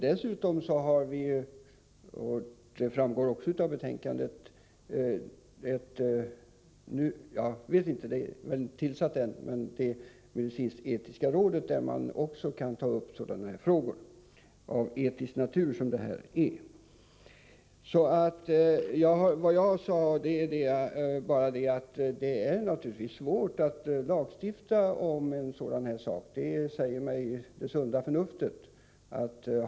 Dessutom har vi — det framgår även av betänkandet — det medicinsk-etiska rådet, som kan ta upp sådana här frågor av etisk natur. Det är naturligtvis svårt att lagstifta om en sådan här sak. Det säger mig det sunda förnuftet.